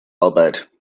arbeit